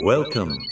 Welcome